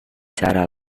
cara